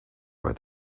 were